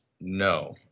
no